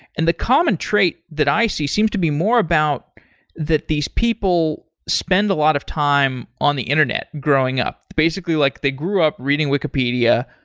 and the common trait that i see seems to be more about that these people spend a lot of time on the internet growing up. basically like they grew up reading wikipedia,